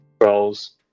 roles